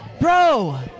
bro